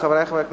חברי חברי הכנסת,